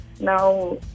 Now